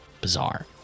bizarre